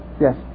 Yes